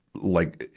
like,